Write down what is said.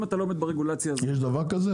אם אתה לא עומד ברגולציה הזאת- -- יש דבר כזה?